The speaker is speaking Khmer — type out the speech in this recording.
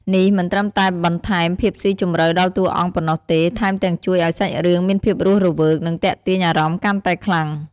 នេះមិនត្រឹមតែបន្ថែមភាពស៊ីជម្រៅដល់តួអង្គប៉ុណ្ណោះទេ ថែមទាំងជួយឱ្យសាច់រឿងមានភាពរស់រវើក និងទាក់ទាញអារម្មណ៍កាន់តែខ្លាំង។